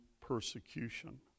persecution